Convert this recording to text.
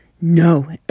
no